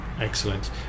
Excellent